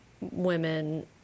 women